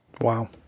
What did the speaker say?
Wow